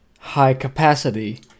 high-capacity